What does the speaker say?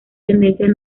tendencias